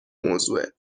موضوعه